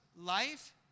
life